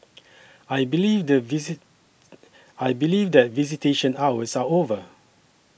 I believe the visit I believe that visitation hours are over